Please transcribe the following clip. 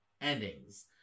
endings